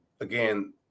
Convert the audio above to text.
again